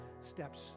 steps